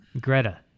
Greta